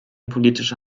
politische